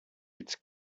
its